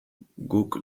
guk